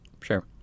Sure